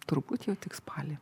turbūt jau tik spalį